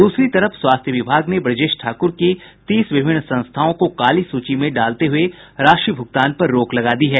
दूसरी तरफ स्वास्थ्य विभाग ने ब्रजेश ठाकुर की तीस विभिन्न संस्थाओं को काली सूची में डालते हुए राशि भुगतान पर रोक लगा दी है